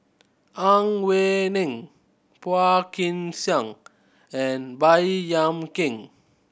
Ang Wei Neng Phua Kin Siang and Baey Yam Keng